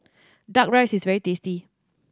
Duck Rice is very tasty